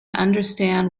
understand